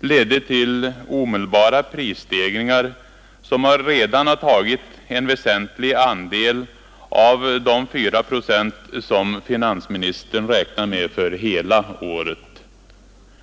ledde till omedelbara prisstegringar, som redan har tagit en väsentlig andel av de 4 procent som finansministern räknar med för hela året.